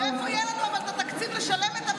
אבל מאיפה יהיה לנו את התקציב לשלם את המענק,